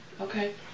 Okay